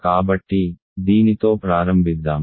కాబట్టి దీనితో ప్రారంభిద్దాం